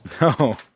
No